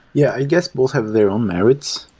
yeah. i guess, both have their own merits.